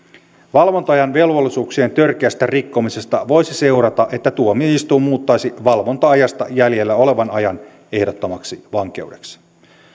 valvonta ajan velvollisuuksien törkeästä rikkomisesta voisi seurata että tuomioistuin muuttaisi valvonta ajasta jäljellä olevan ajan ehdottomaksi vankeudeksi